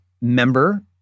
member